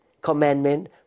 commandment